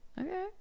Okay